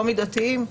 לא מידתיים,